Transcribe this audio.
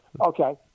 Okay